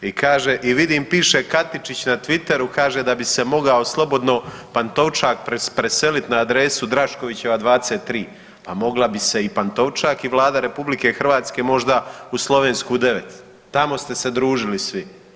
I kaže i vidim piše Katičić na Twitteru kaže da bi se mogao slobodno Pantovčak preselit na adresu Draškovića 23, pa mogla bi se i Pantovčak i Vlada RH možda u Slovensku 9, tamo ste se družili svi.